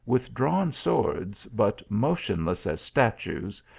with drawn swords, but motionless as statues,